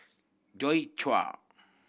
Joi Chua